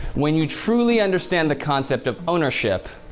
when you truly understand the concept of ownership,